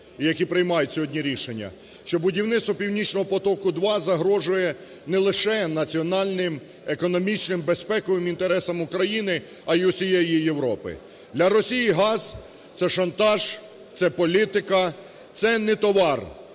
що будівництво "Північного потоку 2" загрожує не лише національним економічним, безпековим інтересам України, а й усієї Європи. Для Росії газ – це шантаж, це політика, це не товар,